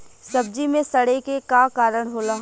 सब्जी में सड़े के का कारण होला?